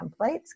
templates